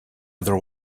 other